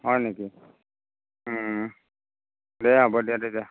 হয় নেকি দে হ'ব দে তেতিয়া